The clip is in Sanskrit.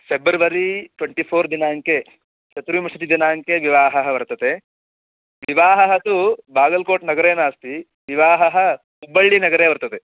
फ़ेब्रवरि ट्वेण्टि फ़ोर् दिनाङ्के चतुर्विंशतिः दिनाङ्के विवाहः वर्तते विवाहः तु बागल्कोटनगरे नास्ति विवाहः हुब्बळ्ळिनगरे वर्तते